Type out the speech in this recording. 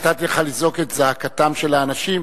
נתתי לך לזעוק את זעקתם של האנשים,